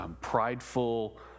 prideful